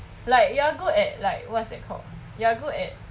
like you are good at like what's that called you are good at